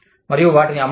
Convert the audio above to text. మరియు వాటిని అమ్మడం